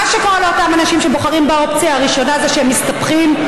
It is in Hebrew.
מה שקורה לאותם אנשים שבוחרים באופציה הראשונה זה שהם מסתבכים,